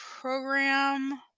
program